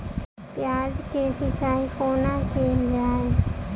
प्याज केँ सिचाई कोना कैल जाए?